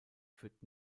führt